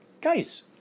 guys